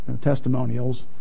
testimonials